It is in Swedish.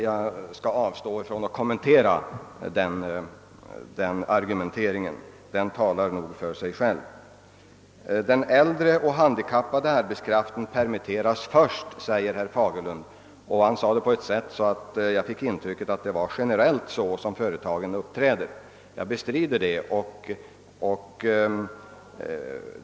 Jag skall avstå från att kommentera den argumenteringen; den talar nog för sig själv. Den äldre och handikappade arbetskraften permitteras först, säger herr Fagerlund. Han sade det på ett sådant sätt att jag fick intrycket att han ansåg att företagen generellt handlar så. Jag bestrider att så är fallet.